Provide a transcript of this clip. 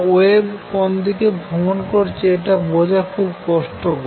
wave কোন ভ্রমন করছে এটি বোঝা খুব কষ্টকর